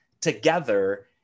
together